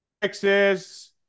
Texas